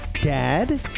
dad